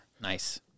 Nice